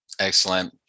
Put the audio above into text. Excellent